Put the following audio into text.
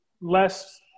less